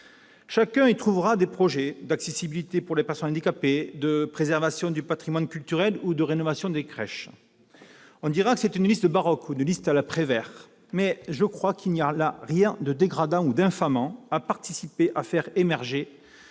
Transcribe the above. Chacun y trouvera des projets d'accessibilité pour les personnes handicapées, de préservation du patrimoine culturel ou de rénovation de crèches. On dira que c'est une liste baroque ou un inventaire à la Prévert. Il n'y a cependant rien de dégradant ou d'infamant à participer à faire émerger